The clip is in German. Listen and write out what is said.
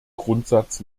grundsatz